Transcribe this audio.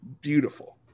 Beautiful